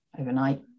overnight